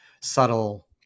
subtle